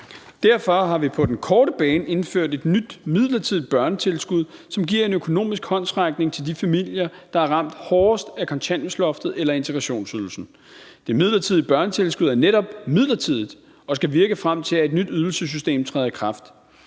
Derfor har vi på den korte bane indført et nyt midlertidigt børnetilskud, som giver en økonomisk håndsrækning til de familier, der er ramt hårdest af kontanthjælpsloftet eller integrationsydelsen. Det midlertidige børnetilskud er netop midlertidigt og skal virke, frem til et nyt ydelsessystem træder i kraft.